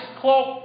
cloak